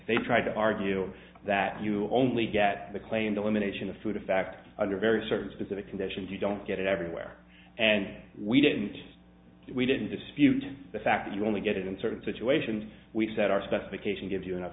they tried to argue that you only get the claimed elimination of food in fact under very certain specific conditions you don't get it everywhere and we didn't we didn't dispute the fact that you only get in certain situations we set our specification gives you enough